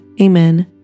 Amen